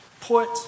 Put